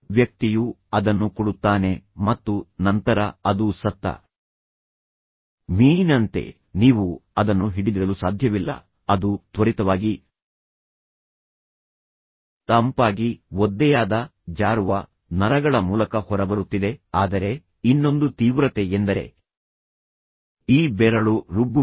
ವ್ಯಕ್ತಿಯು ಅದನ್ನು ಕೊಡುತ್ತಾನೆ ಮತ್ತು ನಂತರ ಅದು ಸತ್ತ ಮೀನಿನಂತೆ ನೀವು ಅದನ್ನು ಹಿಡಿದಿಡಲು ಸಾಧ್ಯವಿಲ್ಲ ಅದು ತ್ವರಿತವಾಗಿ ತಂಪಾಗಿ ಒದ್ದೆಯಾದ ಜಾರುವ ನರಗಳ ಮೂಲಕ ಹೊರಬರುತ್ತಿದೆ ಆದರೆ ಇನ್ನೊಂದು ತೀವ್ರತೆ ಎಂದರೆ ಈ ಬೆರಳು ರುಬ್ಬುವಿಕೆ